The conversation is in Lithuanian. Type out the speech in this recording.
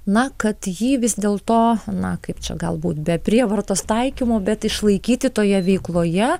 na kad jį vis dėl to na kaip čia galbūt be prievartos taikymo bet išlaikyti toje veikloje